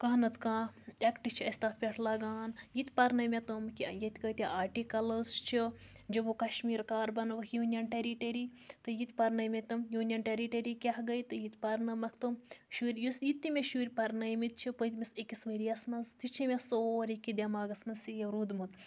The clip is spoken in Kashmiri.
کانٛہہ نَتہٕ کانٛہہ اٮ۪کٹ چھِ اَسہِ تَتھ پٮ۪ٹھ لَگان یہِ تہِ پَرنٲے مےٚ تِم کہِ ییٚتہِ کۭتیٛاہ آٹِکَلٕز چھِ جموں کَشمیٖر کار بَنووُکھ یوٗنِیَن ٹیرِریٹٔری تہٕ یہِ تہِ پَرنٲے مےٚ تِم یوٗنِیَن ٹیرِٹری کیٛاہ گٔے تہٕ یہِ تہِ پَرنٲومَکھ تِم شُرۍ یُس یہِ تہِ مےٚ شُرۍ پَرنٲیمٕتۍ چھِ پٔتمِس أکِس ؤریَس منٛز تہِ چھِ مےٚ سورُے کیٚنٛہہ دٮ۪ماغَس منٛز سیو روٗدمُت